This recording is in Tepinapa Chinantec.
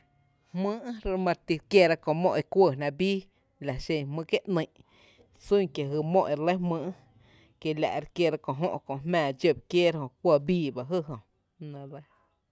Jmýý’ e mare ti re kiéra kö mó e kuɇɇ jná bíí la xen jmý’ kié’ ‘nýý’ sún kié’ jy mó e re lɇ jmýý’ kiela’ re kiéra kö jö’ kö’ jmⱥⱥ dxó ba kiééra ejö, kuɇ bii bá jy ejö, la nɇ re lɇ.